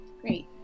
Great